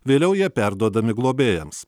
vėliau jie perduodami globėjams